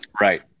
Right